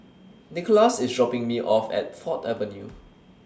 Nicholaus IS dropping Me off At Ford Avenue